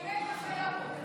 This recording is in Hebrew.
תגנה את מה שהיה פה.